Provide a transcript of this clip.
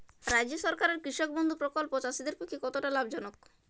রাজ্য সরকারের কৃষক বন্ধু প্রকল্প চাষীদের পক্ষে কতটা লাভজনক?